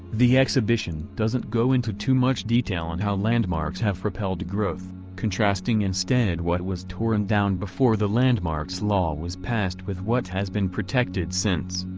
the exhibition doesn't go into too much detail on how landmarks have propelled growth, contrasting instead what was torn down before the landmarks law was passed with what has been protected since.